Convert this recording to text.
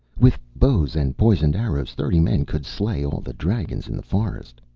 with bows and poisoned arrows thirty men could slay all the dragons in the forest.